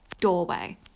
doorway